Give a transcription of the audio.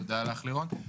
תודה רבה לך לירון.